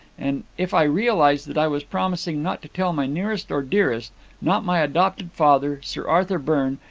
and if i realized that i was promising not to tell my nearest or dearest not my adopted father, sir arthur byrne,